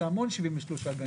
זה המון 73 גנים.